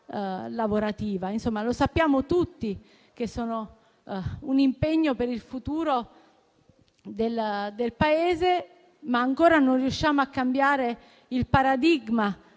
sappiamo che sono un impegno per il futuro del Paese, ma ancora non riusciamo a cambiare il paradigma